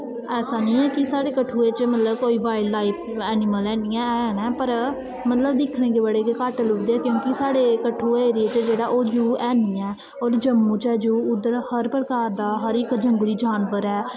ऐसी निं ऐ कि मतलब साढ़े कठुए च मतलब कोई वाइल्ड लाइफ ऐनी मतलब हैनी हैन पर मतलब दिक्खने गी बड़े गै घट्ट लभदे क्योंकि साढ़े कठुआ एरिये च ज़ू है नी ऐ होर जम्मू च ऐ ज़ू उद्धर हर प्रकार दा हर इक जंगली जानवर ऐ